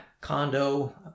condo